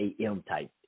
AM-type